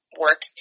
work